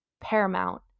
paramount